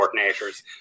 coordinators